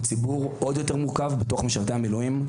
ציבור עוד יותר מורכב בתוך משרתי המילואים,